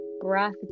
breath